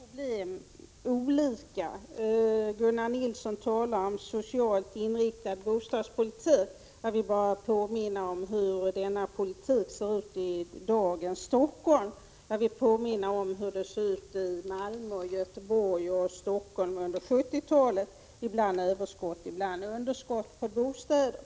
Herr talman! Det är helt klart att vi i detta sammanhang ser på problemen på olika sätt. Gunnar Nilsson talar om socialt inriktad bostadspolitik. Jag vill då bara påminna om hur denna politik ser ut i dagens Stockholm, och jag vill påminna honom om hur den såg ut i Stockholm, Göteborg och Malmö på 1970-talet — ibland överskott och ibland underskott på bostäder.